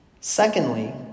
Secondly